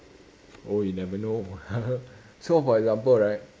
oh you never know so for example right